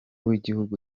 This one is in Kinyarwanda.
w’igihugu